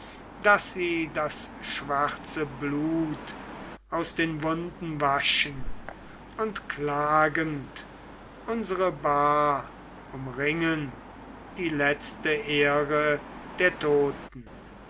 daß sie das schwarze blut aus den wunden waschen und klagend unsere bahr umringen die letzte ehre der toten